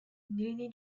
l’aîné